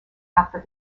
after